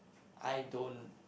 I don't